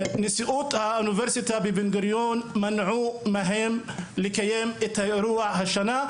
נשיאות האוניברסיטה בבן גוריון מנעו מהם לקיים את האירוע השנה,